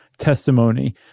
testimony